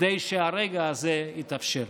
כדי שהרגע הזה יתאפשר.